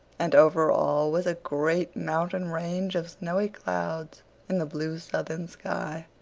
and, over all, was a great mountain range of snowy clouds in the blue southern sky.